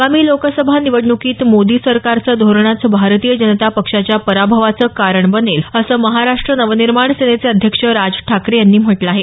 आगामी लोकसभा निवडणुकीत मोदी सरकारचं धोरणंच भारतीय जनता पक्षाच्या पराभवाचं कारण बनेल असं महाराष्ट्र नवनिर्माण सेनेचे अध्यक्ष राज ठाकरे यांनी म्हटलं आहे